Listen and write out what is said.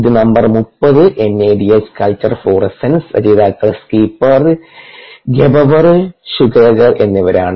ഇത് number 30 N A D H culture fluorescence രചയിതാക്കൾ Skipper Gebauer Schugerl എന്നിവരാണ്